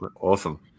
awesome